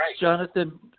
Jonathan